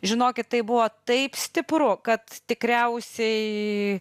žinokit tai buvo taip stipru kad tikriausiai